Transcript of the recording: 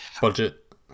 budget